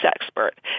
expert